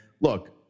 look